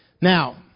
Now